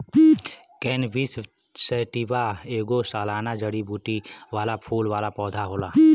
cannabis sativa ऐगो सालाना जड़ीबूटी वाला फूल वाला पौधा होला